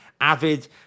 avid